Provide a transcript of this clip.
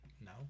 no